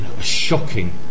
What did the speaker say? shocking